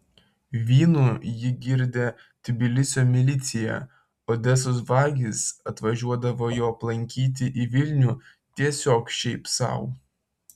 vynu jį girdė tbilisio milicija odesos vagys atvažiuodavo jo aplankyti į vilnių tiesiog šiaip sau